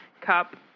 cup